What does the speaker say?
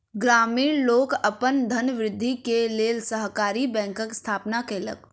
ग्रामीण लोक अपन धनवृद्धि के लेल सहकारी बैंकक स्थापना केलक